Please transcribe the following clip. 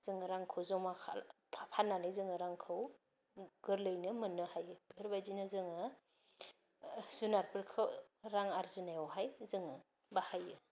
जों रांखौ जमा खाला फाननानै जोङो रांखौ गोरलैयैनो मोननो हायो बेफोरबादिनो जोङो जुनारफोरखौ रां आर्जिनायाव हाय जोङो बाहायो